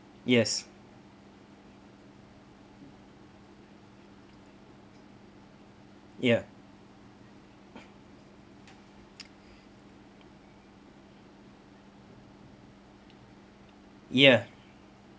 yes ya ya